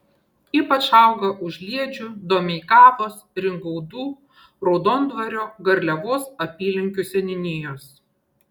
ypač auga užliedžių domeikavos ringaudų raudondvario garliavos apylinkių seniūnijos